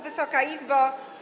Wysoka Izbo!